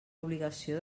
obligació